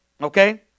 Okay